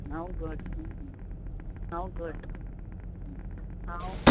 हांव घट हां हांव घट हांव